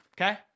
Okay